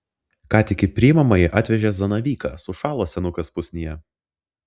ką tik į priimamąjį atvežė zanavyką sušalo senukas pusnyje